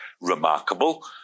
remarkable